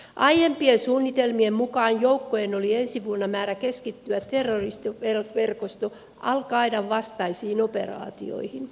aiempien suunnitelmien mukaan joukkojen oli ensi vuonna määrä keskittyä terroristiverkosto al qaidan vastaisiin operaatioihin